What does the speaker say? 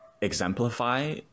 exemplify